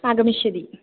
आगमिष्यति